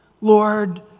Lord